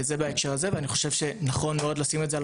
אני חושב שנכון מאוד לשים את זה על